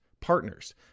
partners